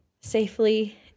safely